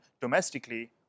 domestically